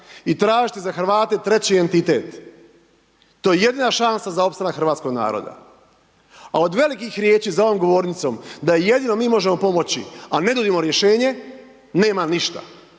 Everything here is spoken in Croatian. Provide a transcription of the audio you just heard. i tražite za Hrvate treći entitet, to je jedina šansa za opstanak hrvatskog naroda. A od velikih riječi za ovom govornicom, da im jedino mi možemo pomoći, a ne nudimo rješenje, nema ništa.